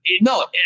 No